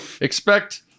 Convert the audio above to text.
expect